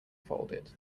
folded